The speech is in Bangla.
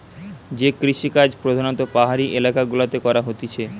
যে কৃষিকাজ প্রধাণত পাহাড়ি এলাকা গুলাতে করা হতিছে